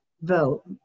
vote